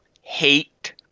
hate